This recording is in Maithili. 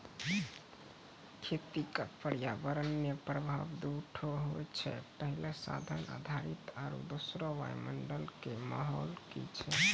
खेती क पर्यावरणीय प्रभाव दू ठो होय छै, पहलो साधन आधारित आरु दोसरो वायुमंडल कॅ माहौल की छै